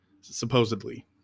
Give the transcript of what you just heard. supposedly